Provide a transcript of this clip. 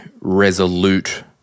resolute